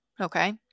Okay